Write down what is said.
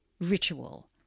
ritual